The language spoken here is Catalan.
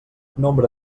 nombre